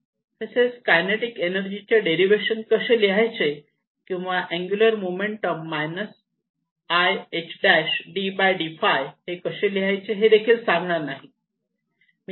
तसेच मी kinetic energy चे डेरिवेशन कसे लिहायचे किंवा अँगुलर मोमेंटम ih' ddφ हे कसे लिहायचे हेदेखील सांगणार नाही